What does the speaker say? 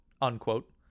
unquote